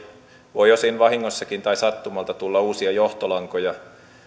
voi osin vahingossakin tai sattumalta tulla uusia johtolankoja